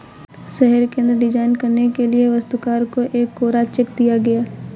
शहर केंद्र डिजाइन करने के लिए वास्तुकार को एक कोरा चेक दिया गया